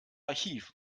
archiv